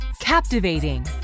Captivating